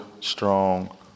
strong